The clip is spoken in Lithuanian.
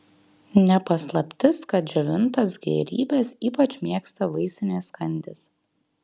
ne paslaptis kad džiovintas gėrybes ypač mėgsta vaisinės kandys